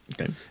okay